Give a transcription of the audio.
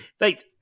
Right